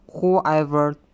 whoever